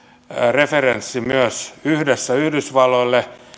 referenssi myös yhdessä yhdysvalloille